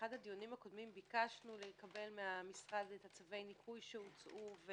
באחד הדיונים הקודמים ביקשנו לקבל מהמשרד את צווי הניקוי שהוצאו.